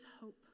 hope